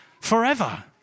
forever